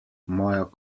moja